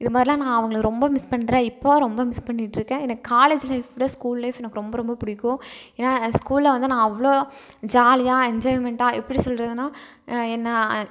இதுமாதிரிலாம் நான் அவங்களை ரொம்ப மிஸ் பண்ணுறேன் இப்போவும் ரொம்ப மிஸ் பண்ணிட்டிருக்கேன் எனக்கு காலேஜ் லைஃப் விட ஸ்கூல் லைஃப் எனக்கு ரொம்ப ரொம்ப பிடிக்கும் ஏன்னால் ஸ்கூலில் வந்து நான் அவ்வளோ ஜாலியாக என்ஜாய்மென்டாக எப்படி சொல்றதுன்னால் என்னை